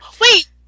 wait